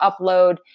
upload